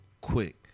quick